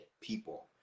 people